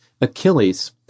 Achilles